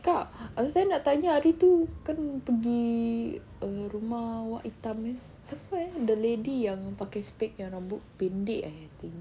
kak saya nak tanya hari tu kan pergi err rumah wak itam eh siapa eh the lady yang pakai spec yang rambut pendek eh I think